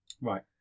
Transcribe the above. Right